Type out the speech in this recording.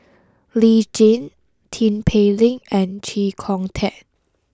Lee Tjin Tin Pei Ling and Chee Kong Tet